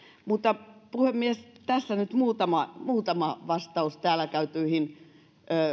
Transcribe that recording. mutta puhemies tässä nyt muutama muutama vastaus täällä käytyihin